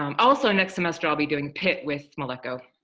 um also next semester, i'll be doing pit with meleko,